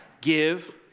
give